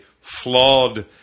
flawed